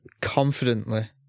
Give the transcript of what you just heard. confidently